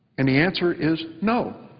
and the answer is, no.